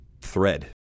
thread